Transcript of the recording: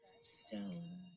stone